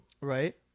right